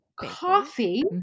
coffee